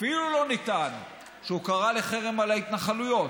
אפילו לא נטען שהוא קרא לחרם על ההתנחלויות.